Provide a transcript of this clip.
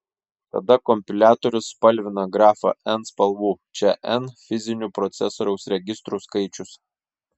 tada kompiliatorius spalvina grafą n spalvų čia n fizinių procesoriaus registrų skaičius